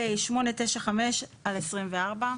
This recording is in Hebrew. פ/895/24.